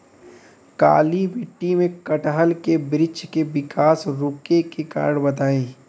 काली मिट्टी में कटहल के बृच्छ के विकास रुके के कारण बताई?